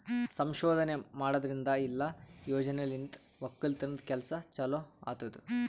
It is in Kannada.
ಸಂಶೋಧನೆ ಮಾಡದ್ರಿಂದ ಇಲ್ಲಾ ಯೋಜನೆಲಿಂತ್ ಒಕ್ಕಲತನದ್ ಕೆಲಸ ಚಲೋ ಆತ್ತುದ್